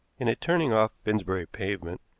in a turning off finsbury pavement,